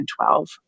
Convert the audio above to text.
2012